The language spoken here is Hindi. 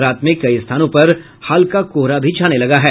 रात में कई स्थानों पर हल्का कोहरा भी छाने लगा है